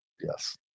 Yes